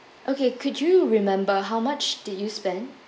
okay could you remember how much did you spend